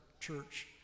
church